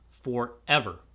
forever